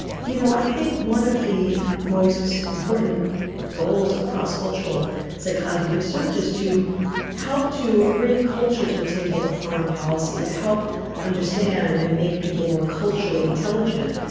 you know, i think one of the most important goals of cross-cultural psychology research is to help to bring culture to the table of foreign policy, to help understand and make people more culturally intelligent.